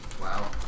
Wow